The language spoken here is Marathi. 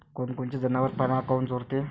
कोनकोनचे जनावरं पाना काऊन चोरते?